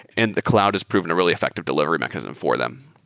and the cloud has proven a really effective delivery mechanism for them.